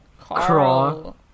Carl